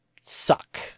suck